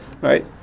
right